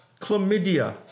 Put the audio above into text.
Chlamydia